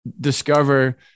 discover